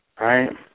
right